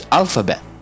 alphabet